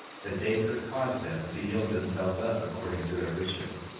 that they could cause them to yield themselves up according to their wishes.